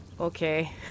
okay